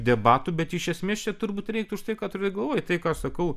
debatų bet iš esmės čia turbūt reiktų štai ką turėt galvoj tai ką aš sakau